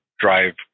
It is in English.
drive